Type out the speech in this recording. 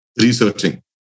researching